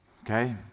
Okay